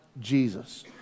Jesus